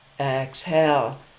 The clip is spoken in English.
Exhale